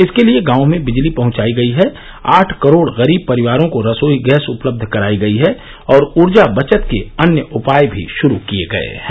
इसके लिए गांवों में बिजली पहुंचाई गई है आठ करोड गरीब परिवारों को रसोई गैस उपलब्ध कराई गई है और ऊर्जा बचत के अन्य उपाय भी शुरु किए गए हैं